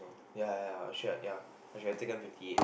ya ya ya I should ya I should have taken fifty eight